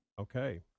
Okay